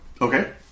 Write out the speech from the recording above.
Okay